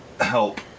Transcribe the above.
Help